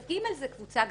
(ג) זו קבוצה גדולה.